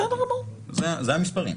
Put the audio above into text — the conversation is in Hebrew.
אלה המספרים.